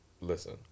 listen